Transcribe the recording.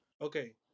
Okay